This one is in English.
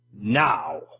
Now